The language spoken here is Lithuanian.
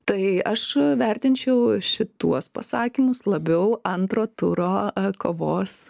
tai aš vertinčiau šituos pasakymus labiau antro turo kovos